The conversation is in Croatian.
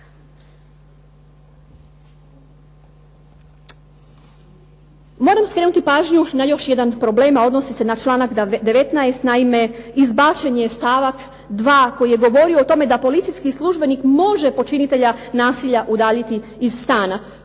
Moram skrenuti pažnju na još jedan problem, a odnosi se na članak 19. naime izbačen je stavak 2. koji je govorio o tome da policijski službenik može počinitelja nasilja udaljiti iz stana.